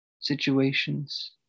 situations